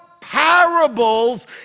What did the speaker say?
parables